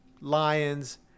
Lions